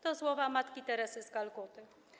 To słowa Matki Teresy z Kalkuty.